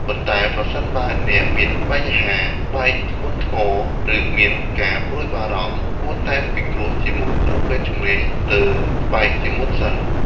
ប៉ុន្តែប្រសិនបើអ្នកមានបញ្ហាស្បែកធ្ងន់ធ្ងរ ឬមានការព្រួយបារម្ភ គួរតែពិគ្រោះជាមួយគ្រូពេទ្យជំនាញសើស្បែកជាមុនសិន។